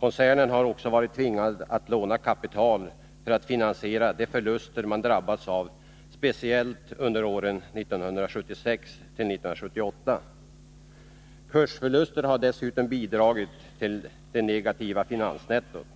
Koncernen har också varit tvingad att låna upp kapital för att finansiera de förluster som man drabbats av, speciellt under åren 1976-1978. Kursförluster har dessutom bidragit till det negativa finansnettot.